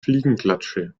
fliegenklatsche